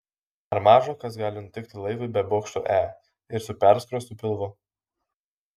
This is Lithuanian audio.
ar maža kas gali nutikti laivui be bokšto e ir su perskrostu pilvu